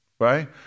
right